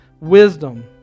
wisdom